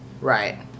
Right